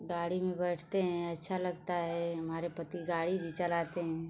गाड़ी में बैठते हैं अच्छा लगता है हमारे पति गाड़ी भी चलाते हैं